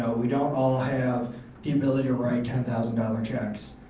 ah we don't all have the ability to write ten thousand dollars checks,